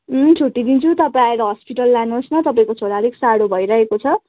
अँ छुट्टी दिन्छु तपाईँ आएर हस्पिटल लानुहोस् न तपाईँको छोरा अलिक साह्रो भइरहेको छ